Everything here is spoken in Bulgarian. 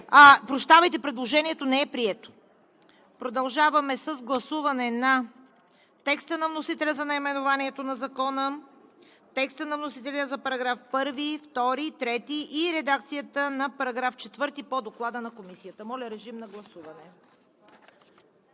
се 23. Предложението не е прието. Продължаваме с гласуване на текста на вносителя за наименованието на Закона; текста на вносителя за параграфи 1, 2, 3; и редакцията на § 4 по Доклада на Комисията. Гласували